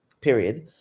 period